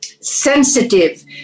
sensitive